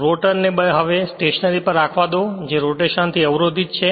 હવે રોટર ને હવે સ્ટેશનરી પર રાખવા દો જે રોટેશનથી અવરોધિત છે